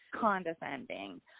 condescending